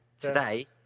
today